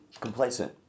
Complacent